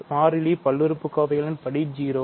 மாறிலி பல்லுறுப்புக்கோவைகள் படி 0